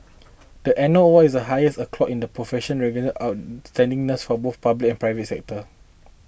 the annual award is the highest accolade in the profession recognising outstanding nurses from both the public and private sectors